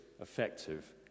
effective